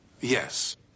yes